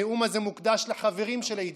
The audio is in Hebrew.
הנאום הזה מוקדש לחברים של עידית,